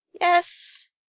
Yes